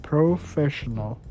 Professional